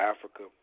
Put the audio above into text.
Africa